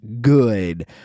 good